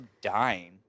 dying